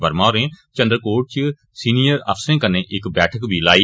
वर्मा होरें चन्द्रकोट च सीनियर अफसरें कन्नै इक बैठक बी लाई